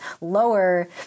lower